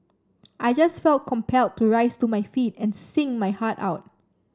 I just felt compelled to rise to my feet and sing my heart out